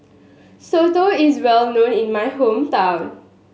Soto is well known in my hometown